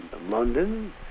London